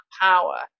power